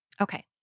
Okay